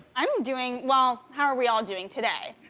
i'm doing, well, how are we all doing today?